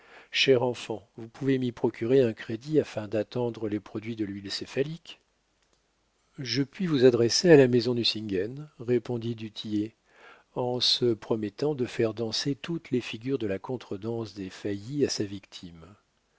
cher enfant vous pouvez m'y procurer un crédit afin d'attendre les produits de l'huile céphalique je puis vous adresser à la maison nucingen répondit du tillet en se promettant de faire danser toutes les figures de la contredanse des faillis à sa victime